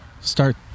Start